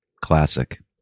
classic